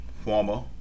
former